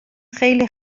خیلی